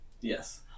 Yes